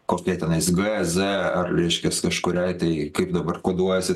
kokia tenais g z ar reiškias kažkuriai tai kaip dabar koduojasi